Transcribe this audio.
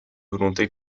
volontés